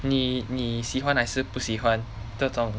你你喜欢还是不喜欢这种